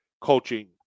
coaching